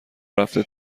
رفته